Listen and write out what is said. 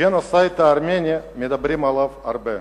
הג'נוסייד הארמני, מדברים עליו הרבה,